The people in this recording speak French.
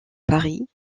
paris